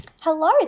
Hello